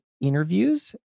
interviews